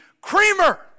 creamer